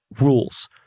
rules